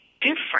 different